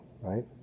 right